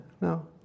No